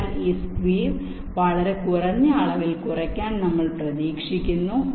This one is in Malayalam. അതിനാൽ ഈ സ്ക്വീവ് വലിയ അളവിൽ കുറയ്ക്കാൻ നമ്മൾ പ്രതീക്ഷിക്കുന്നു